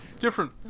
different